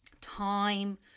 time